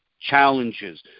challenges